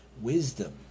wisdom